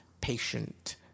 patient